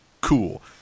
Cool